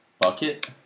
Bucket